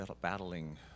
battling